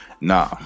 nah